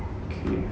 okay